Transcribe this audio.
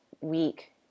week